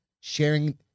sharing